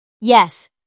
Yes